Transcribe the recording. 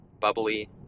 bubbly